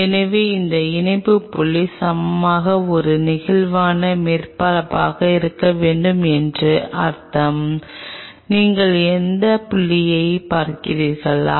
எனவே இந்த இணைப்பு புள்ளி சமமாக ஒரு நெகிழ்வான மேற்பரப்பாக இருக்க வேண்டும் என்று அர்த்தம் நீங்கள் என் புள்ளியைப் பார்க்கிறீர்களா